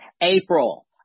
April